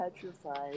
petrified